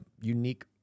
unique